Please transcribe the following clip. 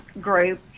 group